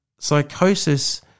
Psychosis